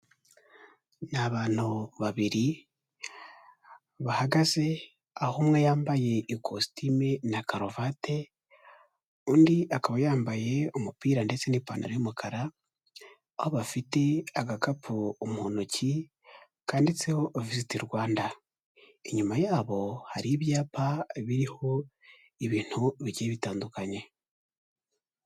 Ni abantu babiri bahagaze, aho umwe yambaye ikositimu na karuvati, undi akaba yambaye umupira ndetse n'ipantaro y'umukara, aho bafite agakapu mu ntoki kanditseho Visit Rwanda, inyuma yabo hari ibyapa biriho ibintu bigiye bitandukanye.